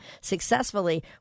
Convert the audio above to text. successfully